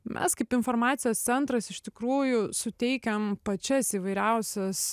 mes kaip informacijos centras iš tikrųjų suteikiam pačias įvairiausias